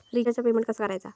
रिचार्जचा पेमेंट कसा करायचा?